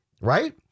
right